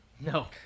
No